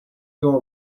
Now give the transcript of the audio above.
your